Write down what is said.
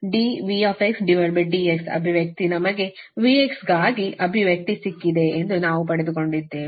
ಆದ್ದರಿಂದ dVdx ಅಭಿವ್ಯಕ್ತಿ ನಮಗೆ Vಗಾಗಿ ಅಭಿವ್ಯಕ್ತಿ ಸಿಕ್ಕಿದೆ ಎಂದು ನಾವು ಪಡೆದುಕೊಂಡಿದ್ದೇವೆ